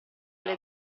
alle